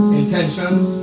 intentions